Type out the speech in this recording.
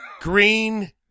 Green